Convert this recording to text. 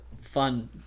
fun